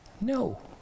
No